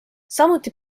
samuti